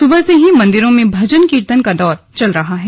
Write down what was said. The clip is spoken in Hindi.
सुबह से ही मंदिरों में भजन कीर्तन का दौर चल रहा है